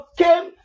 came